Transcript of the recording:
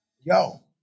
yo